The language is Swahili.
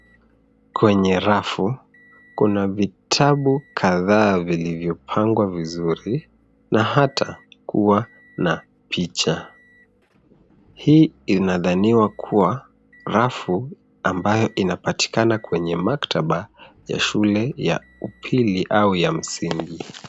Kwenye rafu kuna vitabu kadhaa vilivyopangwa vizuri na hata kuwa na picha. Hii inadhaniwa kuwa rafu ambayo inapatikana kwenye maktaba ya shule ya upili au ya msingi.